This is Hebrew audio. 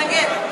נכון?